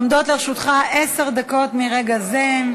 עומדות לרשותך עשר דקות מרגע זה.